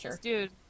dude